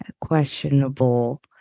questionable